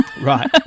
Right